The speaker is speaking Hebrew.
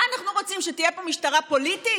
מה אנחנו רוצים, שתהיה פה משטרה פוליטית?